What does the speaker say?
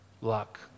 luck